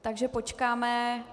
Takže počkáme...